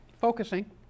focusing